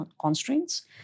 constraints